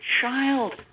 child